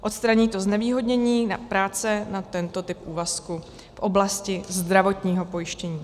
Odstraní to znevýhodnění práce na tento typ úvazku v oblasti zdravotního pojištění.